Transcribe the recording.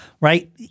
right